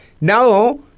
now